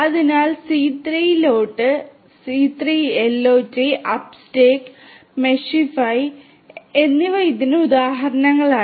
അതിനാൽ C3 IoT Uptake Meshify എന്നിവ ഇതിന് ഉദാഹരണങ്ങളാണ്